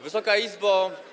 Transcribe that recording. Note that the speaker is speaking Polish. Wysoka Izbo!